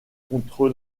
contre